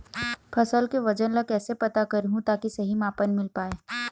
फसल के वजन ला कैसे पता करहूं ताकि सही मापन मील पाए?